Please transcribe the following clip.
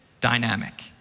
dynamic